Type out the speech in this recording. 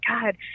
God